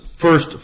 first